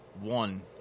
one